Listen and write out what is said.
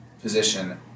position